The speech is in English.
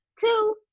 two